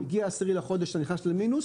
הגיע ה-10 בחודש, אתה נכנס למינוס,